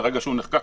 מרגע שהוא נחקק,